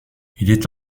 est